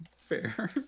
Fair